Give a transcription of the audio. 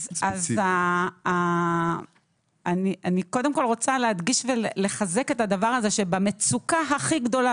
אני קודם כל רוצה להדגיש ולחזק את הדבר הזה שבמצוקה הכי גדולה,